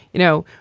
you know,